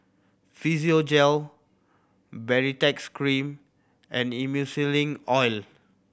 Physiogel Baritex Cream and Emulsying Ointment